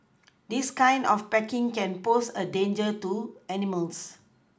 this kind of packaging can pose a danger to animals